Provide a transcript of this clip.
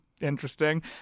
interesting